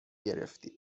گرفتیم